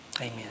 Amen